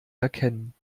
erkennen